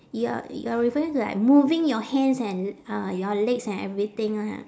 you are you are referring to like moving your hands and uh your legs and everything lah